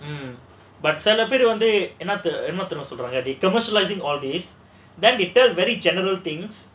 mmhmm but celebrate one day சில பேரு வந்து என்ன தெரியுமா சொல்றாங்க:sila peru vandhu enna theriyumaa solraanga commercialising all this then detailed very general things